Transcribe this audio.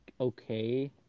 okay